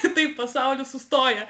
kitaip pasaulis sustoja